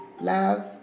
Love